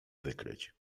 wykryć